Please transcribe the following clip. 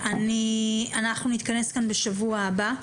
אנחנו נתכנס כאן בשבוע הבא.